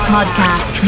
Podcast